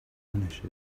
ownership